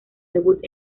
debut